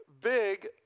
big